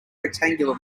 rectangular